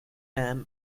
jam